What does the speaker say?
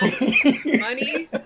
money